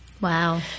wow